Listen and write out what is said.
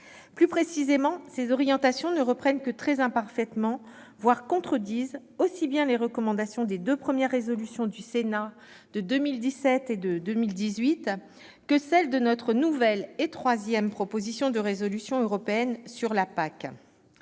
Plus précisément, ces orientations ne reprennent que très imparfaitement, voire contredisent, aussi bien les recommandations des deux premières résolutions du Sénat, de 2017 et 2018, que celles de notre nouvelle, et troisième, proposition de résolution européenne sur la PAC.